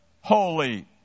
holy